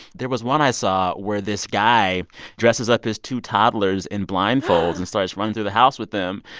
there was one i saw where this guy dresses up his two toddlers in blindfolds and started running through the house with them.